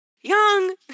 Young